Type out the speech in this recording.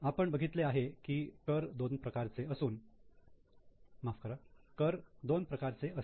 आपण बघितले आहे की कर दोन प्रकारचे असतात